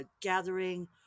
gathering